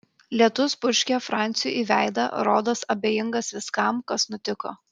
lietus purškė franciui į veidą rodos abejingas viskam kas nutiko